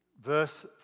verse